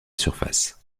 surface